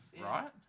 right